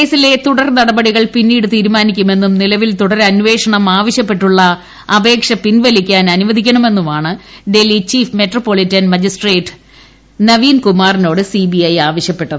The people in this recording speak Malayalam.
കേസിലെ തുടർ നടപടികൾ പിന്നീട് തീരുമാനിക്കുമെന്നും നിലവിൽ തുടരന്വേഷണം ആവശ്യപ്പെട്ടുള്ള അപേക്ഷ പിൻവലിക്കാൻ അനുവദിക്കണമെന്നുമാണ് Delhi chief metropolitan magistrate Naveen ക്ലുമാറിനോട് സിബിഐ ആവശ്യപ്പെട്ടത്